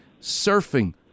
surfing